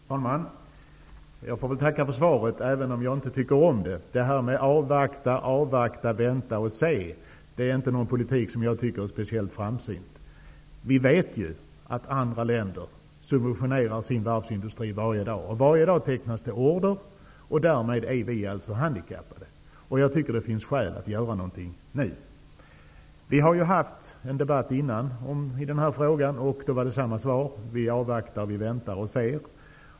Herr talman! Jag får tacka för svaret, även om jag inte tycker om det. Avvakta, vänta och se är inte någon politik som jag tycker är speciellt framsynt. Vi vet ju att andra länder subventionerar sin varvsindustri varje dag. Varje dag tecknas det order och därmed är vi handikappade. Jag tycker att det finns skäl att göra någonting. Vi har haft en debatt tidigare i denna fråga. Då gavs samma svar: Vi avvaktar, vi väntar och ser.